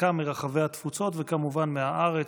חלקם מרחבי התפוצות וכמובן מהארץ.